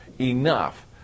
enough